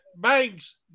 Banks